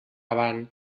avant